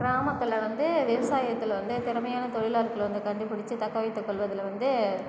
கிராமத்தில் வந்து விவசாயத்தில் வந்து திறமையான தொழிலாளர்களை வந்து கண்டுபிடிச்சி தக்க வைத்துக் கொள்வதில் வந்து